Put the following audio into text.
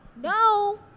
no